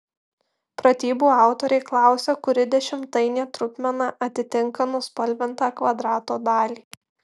pratybų autoriai klausia kuri dešimtainė trupmena atitinka nuspalvintą kvadrato dalį